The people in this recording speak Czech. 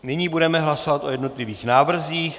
Nyní budeme hlasovat o jednotlivých návrzích.